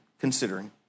considering